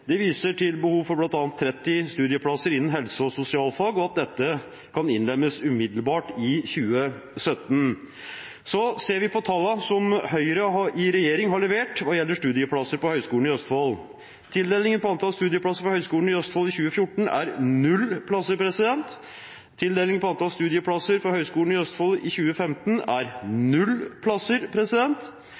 viser til behov for bl.a. 30 studieplasser innen helse- og sosialfag, og at dette kan innlemmes umiddelbart i 2017. Så ser vi på tallene som Høyre i regjering har levert når det gjelder studieplasser på Høgskolen i Østfold. Tildeling av antall studieplasser ved Høgskolen i Østfold i 2014 er 0 plasser, tildeling av antall studieplasser ved Høgskolen i Østfold i 2015 er 0 plasser,